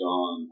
on